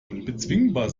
unbezwingbar